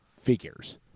figures